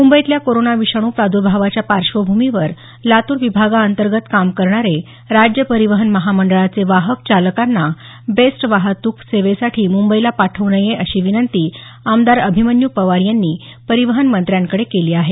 मुंबईतल्या कोरोना विषाणू प्रादुर्भावाच्या पार्श्वभूमीवर लातूर विभागाअंतर्गत काम करणारे राज्य परिवहन महामंडळाचे वाहक चालकांना बेस्ट वाहतूक सेवेसाठी मुंबईला पाठव् नये अशी विनंती आमदार अभिमन्यू पवार यांनी परिवहन मंत्र्यांकडे केली आहे